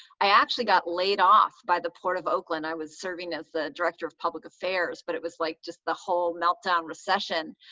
i actually got laid off by the port of oakland. i was serving as the director of public affairs, but it was like just the whole meltdown recession,